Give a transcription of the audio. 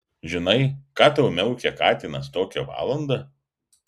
žinai ką tau miaukia katinas tokią valandą